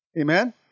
Amen